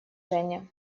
женя